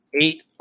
eight